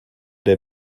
der